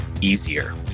easier